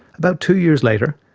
about two years later,